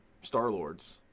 Star-Lord's